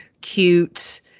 cute